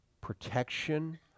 protection